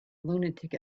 lunatic